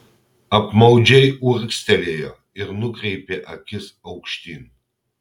apmaudžiai urgztelėjo ir nukreipė akis aukštyn